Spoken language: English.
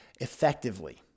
effectively